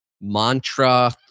mantra